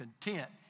content